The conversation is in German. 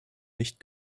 nicht